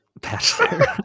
bachelor